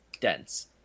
dense